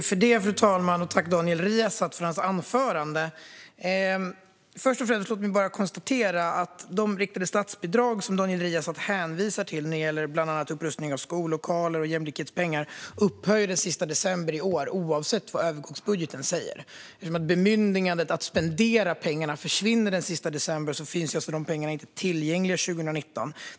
Fru talman! Tack, Daniel Riazat, för anförandet! Låt mig först och främst konstatera att de riktade statsbidrag som Daniel Riazat hänvisar till när det gäller bland annat upprustning av skollokaler och jämlikhetspengar upphör den sista december i år, oavsett vad övergångsbudgeten säger. I och med att bemyndigandet att spendera pengarna upphör den sista december finns alltså de pengarna inte tillgängliga 2019.